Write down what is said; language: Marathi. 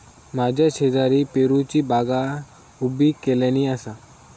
माझ्या शेजारी पेरूची बागा उभी केल्यानी आसा